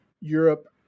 Europe